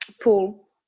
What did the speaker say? pool